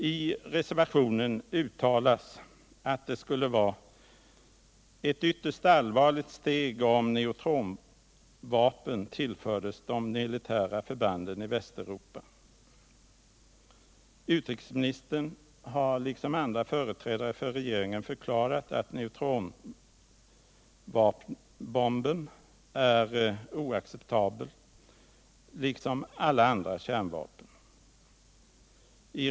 I reservationen uttalas att det skulle innebära att ett ytterst allvarligt steg togs, om neutronvapen tillförs de militära förbanden i Västeuropa. Utrikesministern liksom andra företrädare för regeringen har förklarat att neutronbomben, liksom alla andra kärnvapen, är oacceptabel.